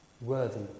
worthy